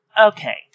okay